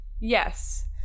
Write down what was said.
Yes